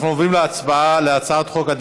אנחנו עוברים להצבעה על הצעת חוק הצעת חוק